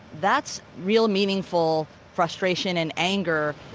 that's real meaningful frustration and anger,